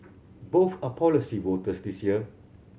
both are policy voters this year